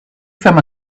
from